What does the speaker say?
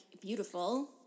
beautiful